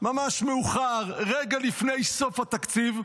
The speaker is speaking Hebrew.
ממש מאוחר, רגע לפני סוף התקציב,